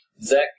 Zach